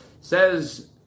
Says